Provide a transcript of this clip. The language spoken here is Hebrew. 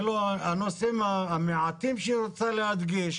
הנושאים המעטים שהיא רוצה להדגיש,